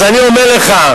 אז אני אומר לך,